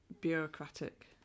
bureaucratic